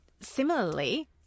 similarly